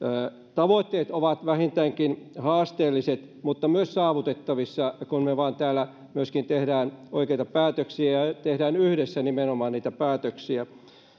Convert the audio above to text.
tavoitteet ovat vähintäänkin haasteelliset mutta myös saavutettavissa kun me vain täällä myöskin teemme oikeita päätöksiä ja teemme nimenomaan yhdessä niitä päätöksiä